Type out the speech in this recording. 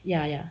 ya ya